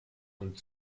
und